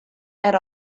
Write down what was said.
and